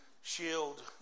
shield